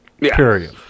period